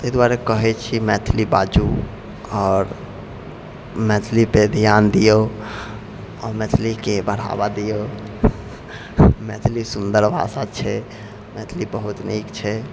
ताहि दुआरे कहैत छी मैथिली बाजू आओर मैथिली पर ध्यान दिऔ आ मैथिलीके बढ़ावा दिऔ मैथिली सुन्दर भाषा छै मैथिली बहुत नीक छै